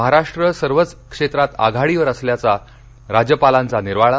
महाराष्ट्र सर्वच क्षेत्रात आघाडीवर असल्याचा राज्यपालांचा निर्वाळा